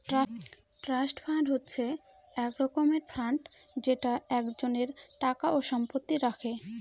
trust fund হচ্ছে এক রকমের ফান্ড যেটা একজনের টাকা ও সম্পত্তি রাখে